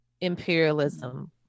imperialism